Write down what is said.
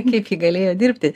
kiek ji galėjo dirbti